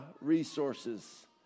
resources